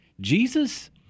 Jesus